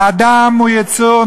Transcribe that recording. האדם הוא יצור,